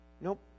Nope